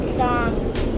songs